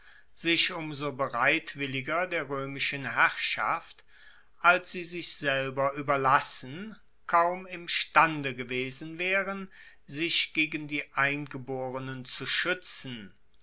sich um so bereitwilliger der roemischen herrschaft als sie sich selber ueberlassen kaum imstande gewesen waeren sich gegen die eingeborenen zu schuetzen